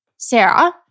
Sarah